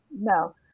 no